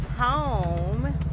home